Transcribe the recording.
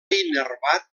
innervat